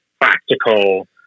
practical